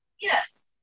yes